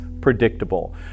predictable